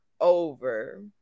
over